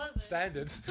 standard